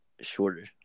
shorter